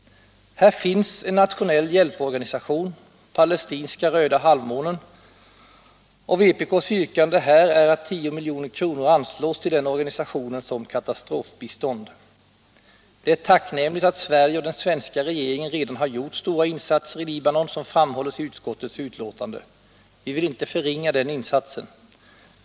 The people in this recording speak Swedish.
Här finns en nationell hjälporganisation, Palestinska Röda halvmånen, och vpk:s yrkande är att 10 milj.kr. anslås till den organisationen som katastrofbistånd. Det är tacknämligt att Sverige och den svenska regeringen redan har gjort stora insatser i Libanon, vilket framhålls i utskottets betänkande. Vi vill inte förringa den insatsen.